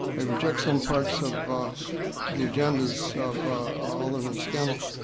i reject some parts of the agendas of alderman scannell.